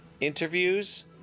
interviews